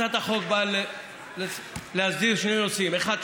הצעת החוק באה להסדיר שני נושאים: האחד,